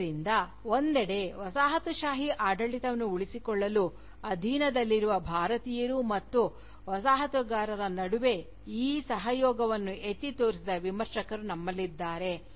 ಆದ್ದರಿಂದ ಒಂದೆಡೆ ವಸಾಹತುಶಾಹಿ ಆಡಳಿತವನ್ನು ಉಳಿಸಿಕೊಳ್ಳಲು ಅಧೀನದಲ್ಲಿರುವ ಭಾರತೀಯರು ಮತ್ತು ವಸಾಹತುಗಾರರ ನಡುವೆ ಈ ಸಹಯೋಗವನ್ನು ಎತ್ತಿ ತೋರಿಸಿದ ವಿಮರ್ಶಕರು ನಮ್ಮಲ್ಲಿದ್ದಾರೆ